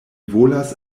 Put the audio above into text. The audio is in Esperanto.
volas